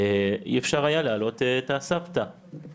אי אפשר היה להעלות את הסבתא,